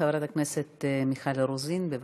חברת הכנסת מיכל רוזין, בבקשה.